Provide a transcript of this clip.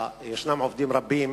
יש עובדים רבים